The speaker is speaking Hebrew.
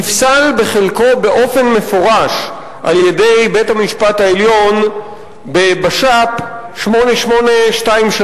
נפסל בחלקו באופן מפורש על-ידי בית-המשפט העליון בבש"פ 8823/07,